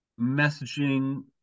messaging